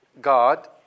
God